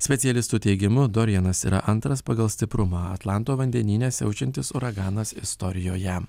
specialistų teigimu dorianas yra antras pagal stiprumą atlanto vandenyne siaučiantis uraganas istorijoje